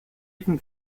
even